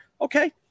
Okay